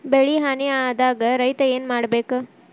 ಬೆಳಿ ಹಾನಿ ಆದಾಗ ರೈತ್ರ ಏನ್ ಮಾಡ್ಬೇಕ್?